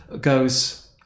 goes